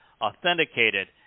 authenticated